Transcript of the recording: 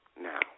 now